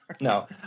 No